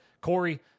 Corey